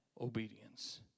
obedience